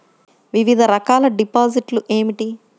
వివిధ రకాల డిపాజిట్లు ఏమిటీ?